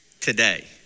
today